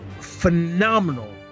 Phenomenal